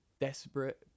desperate